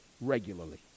regularly